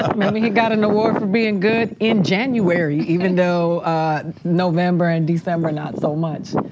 ah maybe he got an award for being good in january, even though november and december, not so much.